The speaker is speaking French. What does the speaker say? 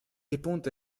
répondent